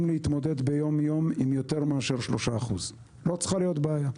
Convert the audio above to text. להתמודד ביום יום עם יותר מ-3% ולא צריכה להיות בעיה.